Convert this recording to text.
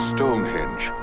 Stonehenge